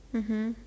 mmhmm